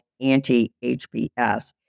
anti-HBS